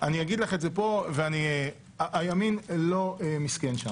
אני אגיד לך את זה פה, הימין לא מסכן שם,